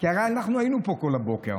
כי הרי אנחנו היינו פה כל הבוקר.